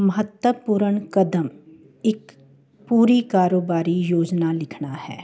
ਮਹੱਤਵਪੂਰਣ ਕਦਮ ਇੱਕ ਪੂਰੀ ਕਾਰੋਬਾਰੀ ਯੋਜਨਾ ਲਿਖਣਾ ਹੈ